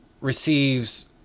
receives